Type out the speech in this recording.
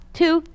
two